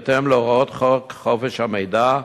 בהתאם להוראות חוק חופש המידע,